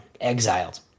exiled